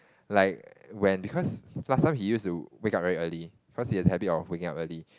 like when because last time he used to wake up very early cause he has the habit of waking up early